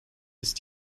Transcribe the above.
ist